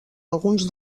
alguns